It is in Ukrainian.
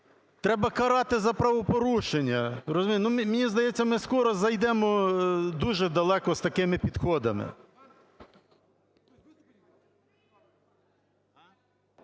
Треба карати за правопорушення. Мені здається, ми скоро зайдемо дуже далеко з такими підходами.